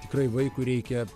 tikrai vaikui reikia